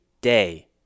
day